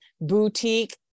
boutique